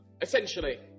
Essentially